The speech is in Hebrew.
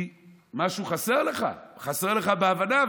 כי משהו חסר לך, חסר לך בהבנה.